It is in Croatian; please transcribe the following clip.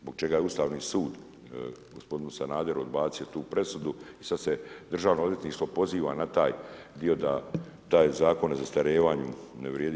Zbog toga je Ustavni sud gospodinu Sanaderu odbacio tu presudu i sada se Državno odvjetništvo poziva na taj dio da taj zakon o nezastarijevanju ne vrijedi.